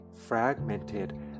fragmented